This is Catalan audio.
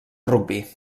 rugbi